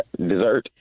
Dessert